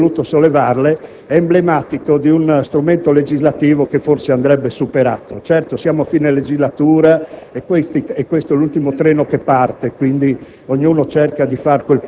piccola questione che ho voluto sollevarle, è emblematico di uno strumento legislativo che forse andrebbe superato. Certo, siamo a fine legislatura e questo è l'ultimo treno che parte; quindi